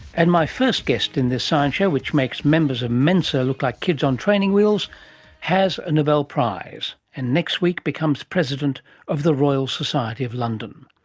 and my first guest in this science show which makes members of mensa look like kids on training wheels has a nobel prize, and next week becomes president of the royal society of london.